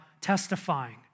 testifying